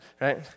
right